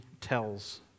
tells